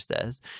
says